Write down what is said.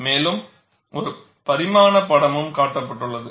மேலும் இரு பரிமாண படமும் காட்டப்பட்டுள்ளது